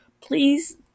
Please